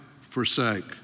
forsake